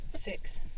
Six